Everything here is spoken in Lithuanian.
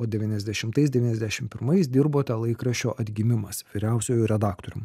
o devyniasdešimtais devyniasdešim pirmais dirbote laikraščio atgimimas vyriausiuoju redaktorium